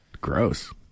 Gross